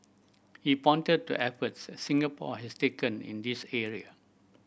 he pointed to efforts Singapore has taken in this area